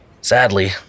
Sadly